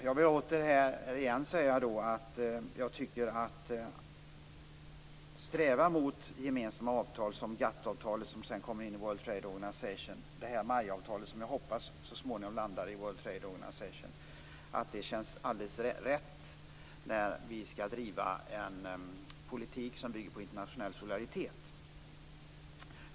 Jag vill återigen säga att strävan mot gemensamma avtal såsom GATT-avtalet, som sedan kommer in i World Trade Organization, och MAI-avtalet, som jag hoppas kommer att landa i World Trade Organization, känns alldeles rätt med tanke på att vi skall driva en politik som bygger på internationell solidaritet.